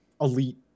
Elite